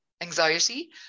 anxiety